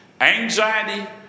anxiety